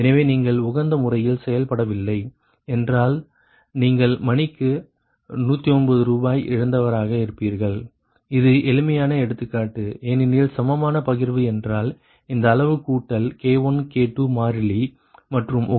எனவே நீங்கள் உகந்த முறையில் செயல்படவில்லை என்றால் நீங்கள் மணிக்கு 209 ரூபாய் இழந்தவராக இருப்பீர்கள் இது எளிமையான எடுத்துக்காட்டு ஏனெனில் சமமான பகிர்வு என்றால் இந்த அளவு கூட்டல் K1 K2 மாறிலி மற்றும் உகந்தது என்றால் இந்த அளவு ஆகும்